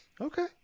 Okay